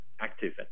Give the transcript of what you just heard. active